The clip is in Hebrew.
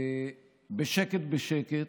בשקט בשקט,